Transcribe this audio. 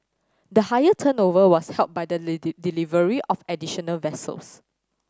the higher turnover was helped by the delivery of additional vessels